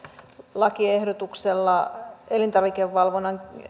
lakiehdotuksella elintarvikevalvonnan